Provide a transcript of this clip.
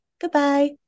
Goodbye